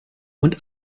und